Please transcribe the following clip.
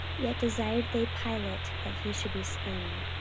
yet desired they pilate that he should be slain.